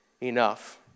enough